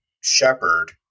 shepherd